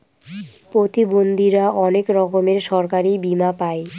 প্রতিবন্ধীরা অনেক রকমের সরকারি বীমা পাই